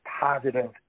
positive